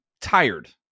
tired